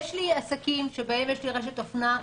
יש לי עסקים, שבהם יש לי רשת אופנה.